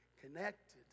connected